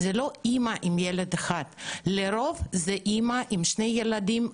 זה לא אימא עם ילד אחד, לרוב זו אם עם 3-4 ילדים.